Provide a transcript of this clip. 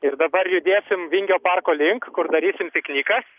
ir dabar judėsim vingio parko link kur darysim piknikas